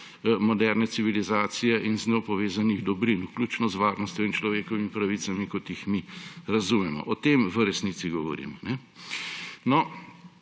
moderne civilizacije in z njo povezanih dobrin, vključno z varnostjo in človekovimi pravicami, kot jih mi razumemo. O tem v resnici govorimo.